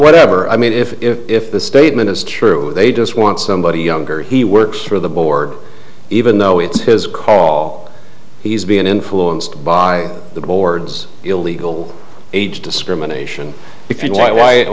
whatever i mean if the statement is true they just want somebody younger he works for the board even though it's his call he's being influenced by the board's illegal age discrimination because why why